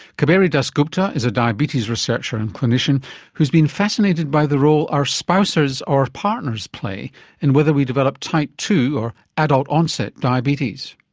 kaberi dasgupta is a diabetes researcher and clinician who's been fascinated by the role our spouses or partners play in whether we develop type ii or adult onset diabetes.